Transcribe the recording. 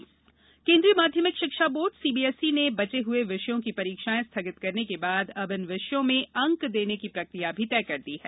CBSE केन्द्रीय माध्यमिक शिक्षा बोर्ड सीबीएसई ने बचे हये विषयों की परीक्षाएं स्थगित करने के बाद अब इन विषयों में अंक देने की प्रक्रिया भी तय कर दी है